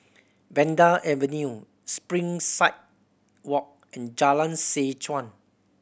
Vanda Avenue Springside Walk and Jalan Seh Chuan